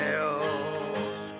else